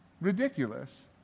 ridiculous